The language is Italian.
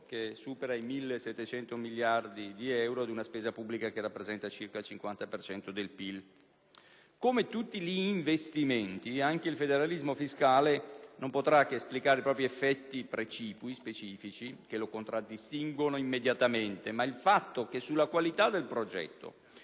che supera i 1.700 miliardi di euro ed una spesa pubblica che rappresenta circa il cinquanta per cento del PIL. Come tutti gli investimenti, anche il federalismo fiscale non potrà esplicare i propri effetti precipui e specifici che lo contraddistinguono, immediatamente; ma il fatto che sulla qualità del progetto